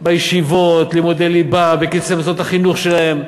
בישיבות, בלימודי ליבה, בכסף למוסדות החינוך שלהם,